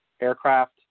aircraft